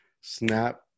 snap